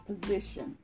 position